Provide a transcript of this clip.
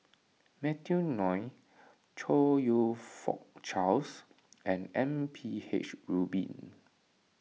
Matthew Ngui Chong You Fook Charles and M P H Rubin